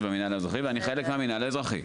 במינהל האזרחי ואני חלק מהמינהל האזרחי